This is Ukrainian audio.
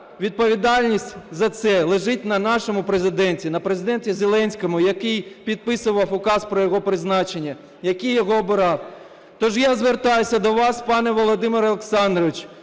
відповідальність за це лежить на нашому Президенті, на Президенті Зеленському, який підписував указ про його призначення, який його обирав. Тож я звертаюсь до вас, пане Володимир Олександрович,